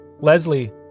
Leslie